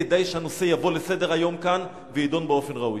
כדאי שהנושא יבוא לסדר-היום כאן ויידון באופן ראוי.